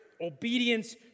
Obedience